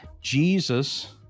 Jesus